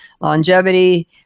longevity